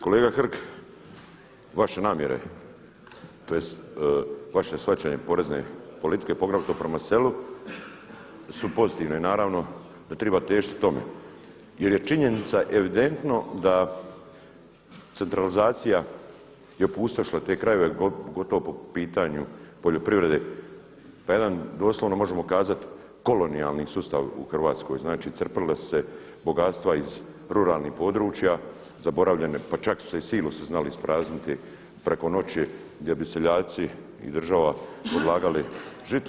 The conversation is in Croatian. Kolega Hrg, vaše namjere, tj. vaše shvaćanje porezne politike poglavito prema selu su pozitivne i naravno da treba težiti tome jer je činjenica evidentno da centralizacija je opustošila te krajeve gotovo po pitanju poljoprivrede na jedan, doslovno možemo kazati kolonijalni sustav u Hrvatskoj, znači crpila su se bogatstva iz ruralnih područja, zaboravljene, pa čak su se i silosi znali isprazniti preko noći gdje bi seljaci i država odlagali žito.